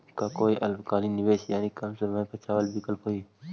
का कोई अल्पकालिक निवेश यानी कम समय चावल विकल्प हई?